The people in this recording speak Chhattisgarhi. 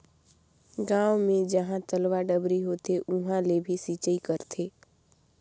गांव मे जहां तलवा, डबरी होथे उहां ले भी सिचई करथे